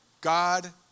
God